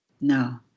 No